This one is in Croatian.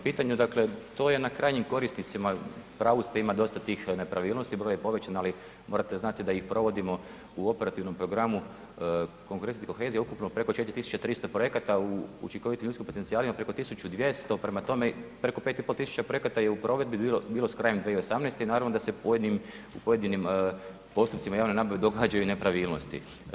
Pitanje dakle, to je na krajnjim korisnicima, u pravu ste ima dosta tih nepravilnosti, broj je povećan ali morate znati da ih provodimo u operativnom programu konkurentnosti i kohezije ukupno preko 4300 projekata u učinkovitim ljudskim potencijalima preko 1200, prema tome preko 5,5 tisuća projekata je i u provedbi bilo s krajem 2018. i naravno da se u pojedinim postupcima javne nabave događaju nepravilnosti.